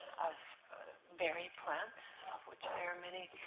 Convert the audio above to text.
of berry plants, of which there are many,